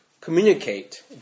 communicate